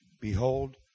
behold